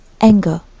anger